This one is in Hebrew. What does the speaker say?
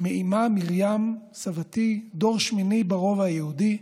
מאימה מרים, סבתי, דור שמיני ברובע היהודי,